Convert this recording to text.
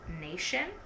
Nation